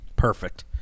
Perfect